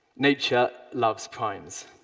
nature loves primes.